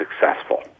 successful